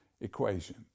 equation